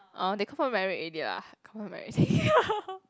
orh they confirm married already lah confirm married already